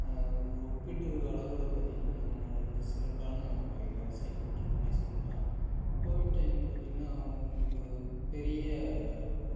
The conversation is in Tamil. ஒப்பிட்டு அளவில் பார்த்திங்கன்னா நம் நாடு வந்து சிறப்பான வகையில் செயல்பட்டுருக்குன்னே சொல்லலாம் கோவிட் டைம்னு பார்த்திங்கன்னா உங்களுக்கு பெரிய ஒரு